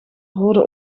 rode